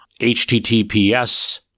HTTPS